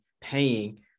paying